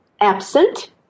Absent